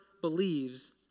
believes